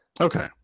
Okay